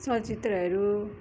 चलचित्रहरू